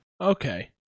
Okay